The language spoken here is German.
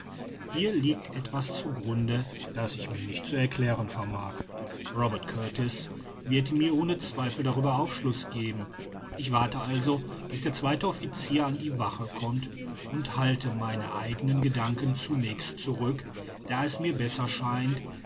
hier liegt etwas zu grunde das ich mir nicht zu erklären vermag robert kurtis wird mir ohne zweifel darüber aufschluß geben ich warte also bis der zweite officier an die wache kommt und halte meine eigenen gedanken zunächst zurück da es mir besser scheint